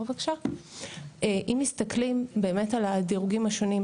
אם מסתכלים באמת על הדירוגים השונים,